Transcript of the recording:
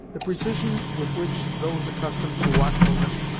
the precision with which those accustomed to watchfulness,